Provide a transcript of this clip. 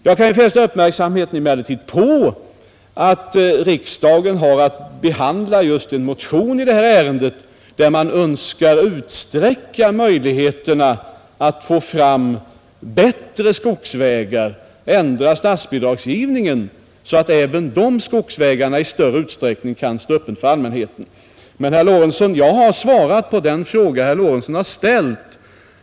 Jag kan emellertid fästa uppmärksamheten på att riksdagen har att behandla en motion just i detta ärende, där man önskar utsträcka möjligheterna att få fram bättre skogsvägar och ändra statsbidragsgivningen så att även dessa skogsvägar i större utsträckning kan stå öppna för allmänheten. Men, herr Lorentzon, jag har svarat på den fråga som herr Lorentzon har ställt.